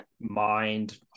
mind